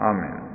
Amen